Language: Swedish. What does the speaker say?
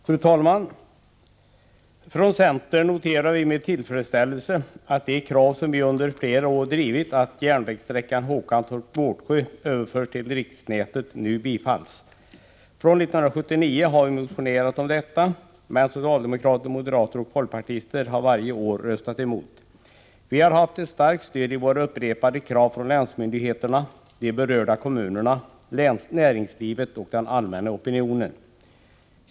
Fru talman! Från centern noterar vi med tillfredsställelse att de krav som vi under flera år har drivit på att järnvägssträckan Håkantorp-Gårdsjö överförs till riksnätet nu tillgodoses. Vi har tidigare motionerat om detta, men socialdemokrater, moderater och folkpartister har då röstat emot. Vi har haft ett starkt stöd för våra upprepade krav från länsmyndigheterna, de berörda kommunerna, näringslivet och den allmänna opinionen.